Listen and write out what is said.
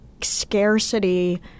scarcity